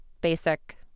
basic